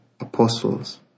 apostles